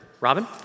Robin